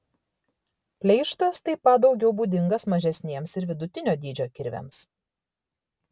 pleištas taip pat daugiau būdingas mažesniems ir vidutinio dydžio kirviams